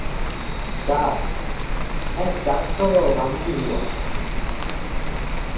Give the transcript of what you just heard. ᱪᱟᱥ ᱦᱮᱸ ᱪᱟᱥ ᱫᱚ ᱵᱷᱟᱹᱜᱤ ᱜᱮ ᱦᱩᱭᱩᱜᱼᱟ